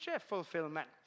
fulfillment